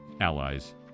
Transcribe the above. allies